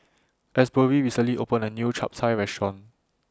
Asbury recently opened A New Chap Chai Restaurant